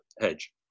hedge